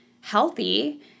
healthy